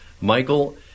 Michael